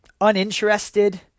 Uninterested